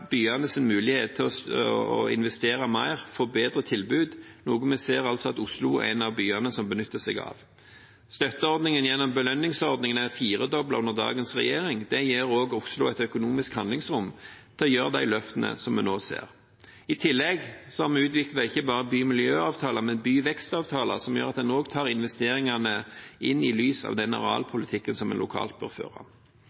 byene som benytter seg av det. Støtteordningen gjennom belønningsordningen er firedoblet under dagens regjering. Det gir Oslo et økonomisk handlingsrom til å gjennomføre de løftene som vi nå ser. I tillegg har vi utviklet ikke bare bymiljøavtaler, men byvekstavtaler, som gjør at en tar investeringene inn i lys av den